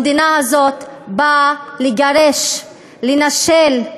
המדינה הזאת באה לגרש, לנשל.